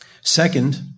Second